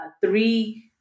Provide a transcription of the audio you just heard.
Three